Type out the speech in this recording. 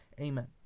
amen